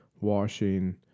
washing